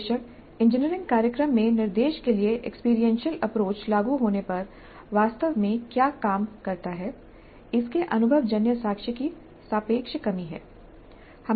बेशक इंजीनियरिंग कार्यक्रम में निर्देश के लिए एक्सपीरियंशियल अप्रोच लागू होने पर वास्तव में क्या काम करता है इसके अनुभवजन्य साक्ष्य की सापेक्ष कमी है